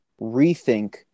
rethink